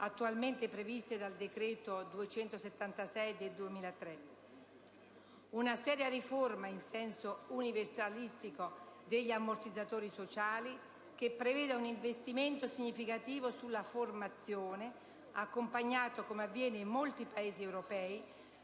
10 settembre 2003 n. 276; 4. operare per una seria riforma in senso universalistico degli ammortizzatori sociali che preveda un investimento significativo sulla formazione, accompagnata (come avviene in molti paesi europei)